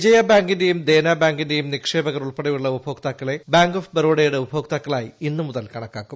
വിജയ ബാങ്കിന്റെയും ദേനാ ബാങ്കിന്റെയും നിക്ഷേപകർ ഉൾപ്പെടെയുള്ള ഉപഭോക്താക്കളെ ബാങ്ക് ഓഫ് ബറോഡയുടെ ഉപഭോക്താക്കളായി ഇന്ന് മുതൽ കണക്കാക്കും